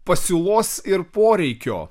pasiūlos ir poreikio